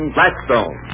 Blackstone